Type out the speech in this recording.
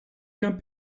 come